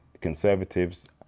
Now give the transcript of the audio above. Conservatives